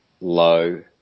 low